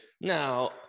now